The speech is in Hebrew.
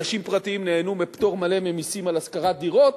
אנשים פרטיים נהנו מפטור מלא ממסים על השכרת דירות,